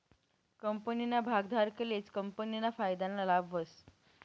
कंपनीना भागधारकलेच कंपनीना फायदाना लाभ व्हस